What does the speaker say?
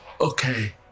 Okay